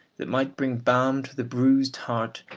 that might bring balm to the bruised heart,